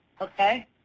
Okay